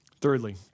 Thirdly